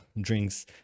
drinks